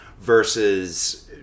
versus